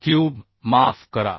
cube माफ करा